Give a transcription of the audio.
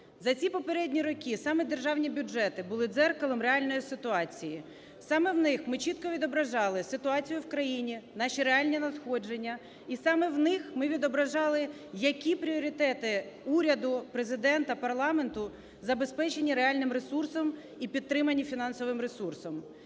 За ці попередні роки саме державні бюджети були дзеркалом реальної ситуації. Саме в них ми чітко відображали ситуацію в країні, наші реальні надходження і саме в них ми відображали, які пріоритети уряду, Президента, парламенту забезпечені реальним ресурсом і підтримані фінансовим ресурсом.